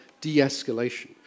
de-escalation